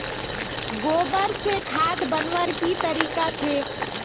गोबर से खाद बनवार की तरीका छे?